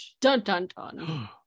Dun-dun-dun